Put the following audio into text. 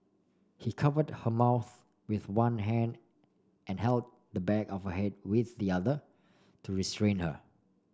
he covered her mouth with one hand and held the back of head with the other to restrain her